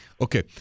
Okay